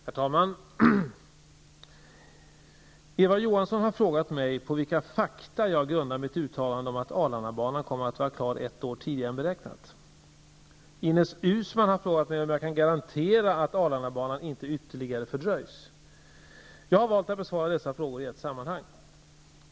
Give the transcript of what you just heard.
Herr talman! Eva Johansson har frågat mig på vilka fakta jag grundar mitt uttalande om att Arlandabanan kommer att vara klar ett år tidigare än beräknat. Ines Uusmann har frågat mig om jag kan garantera att Arlandabanan inte ytterligare fördröjs. Jag har valt att besvara dessa frågor i ett sammanhang.